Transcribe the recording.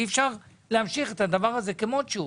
אי-אפשר להמשיך עם הדבר הזה כמות שהוא.